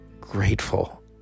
grateful